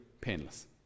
painless